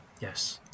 Yes